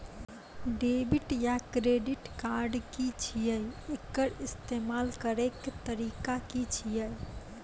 Debit या credit card की छियै? एकर इस्तेमाल करैक तरीका की छियै?